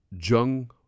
Jung